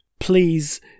Please